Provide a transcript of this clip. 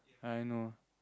I know